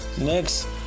Next